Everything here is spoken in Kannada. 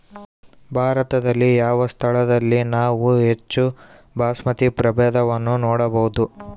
ಭಾರತದಲ್ಲಿ ಯಾವ ಸ್ಥಳದಲ್ಲಿ ನಾವು ಹೆಚ್ಚು ಬಾಸ್ಮತಿ ಪ್ರಭೇದವನ್ನು ನೋಡಬಹುದು?